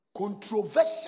controversial